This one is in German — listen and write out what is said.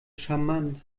charmant